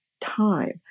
time